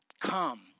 come